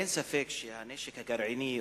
אין ספק שהנשק הגרעיני,